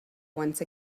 once